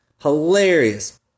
Hilarious